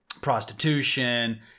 prostitution